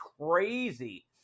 crazy